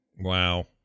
wow